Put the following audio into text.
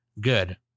good